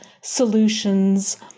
solutions